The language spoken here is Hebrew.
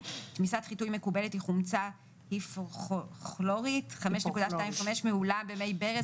תמיסת חיטוי מקובלת היא חומצה היפוכלורית 5.25% מהולה במי ברז